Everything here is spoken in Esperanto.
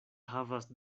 havas